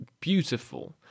beautiful